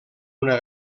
una